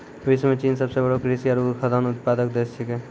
विश्व म चीन सबसें बड़ो कृषि आरु खाद्यान्न उत्पादक देश छिकै